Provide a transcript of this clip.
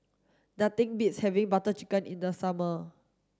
nothing beats having Butter Chicken in the summer